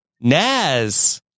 Naz